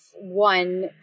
One